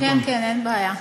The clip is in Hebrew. כן כן, אין בעיה.